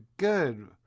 Good